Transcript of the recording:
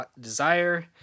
desire